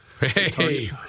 Hey